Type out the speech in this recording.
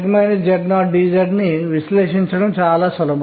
మనకు n l m మరియు ms అనే క్వాంటం సంఖ్యలు ఉన్నాయి